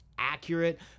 accurate